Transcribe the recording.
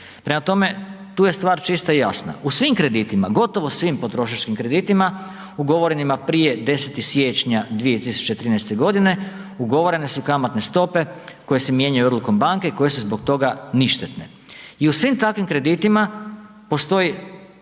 Prema tome, tu je stvar čista i jasna. U svim kreditima, gotovo svim potrošačkim kreditima ugovorenima prije 10. siječnja 2013.g. ugovorene su kamatne stope koje se mijenjaju odlukom banke koje su zbog toga ništetne. I u svim takvim kreditima postoji